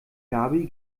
gaby